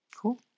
Cool